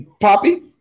Poppy